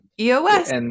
EOS